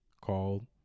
called